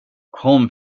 kom